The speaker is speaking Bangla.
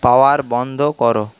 পাওয়ার বন্ধ করো